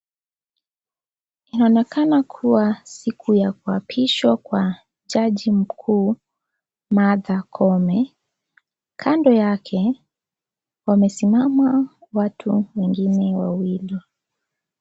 Inaonekana kuwa siku ya kuapishwa Kwa jaji mkuu Martha Koome, kando yake wamesimama watu wengine wawili.